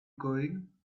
going